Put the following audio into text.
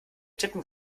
tippen